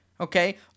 okay